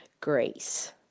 grace